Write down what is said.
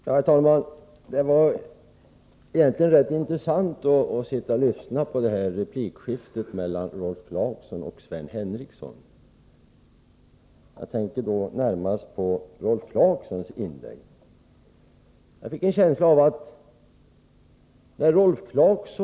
Herr talman! Det var ganska intressant att lyssna på replikskiftet mellan Rolf Clarkson och Sven Henricsson. Närmast tänker jag på vad Rolf Clarkson sade i sina inlägg.